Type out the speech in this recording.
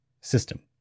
system